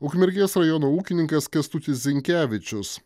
ukmergės rajono ūkininkas kęstutis zinkevičius